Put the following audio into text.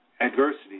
adversity